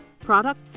products